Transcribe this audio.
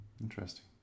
Interesting